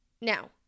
Now